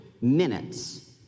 minutes